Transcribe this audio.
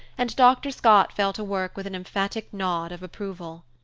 and dr. scott fell to work with an emphatic nod of approval.